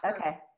Okay